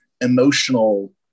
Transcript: emotional